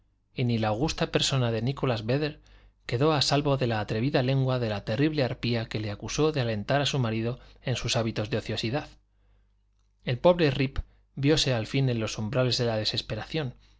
ni la augusta persona de nicholas védder quedó a salvo de la atrevida lengua de la terrible arpía que le acusó de alentar a su marido en sus hábitos de ociosidad el pobre rip vióse al fin en los umbrales de la desesperación